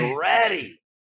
ready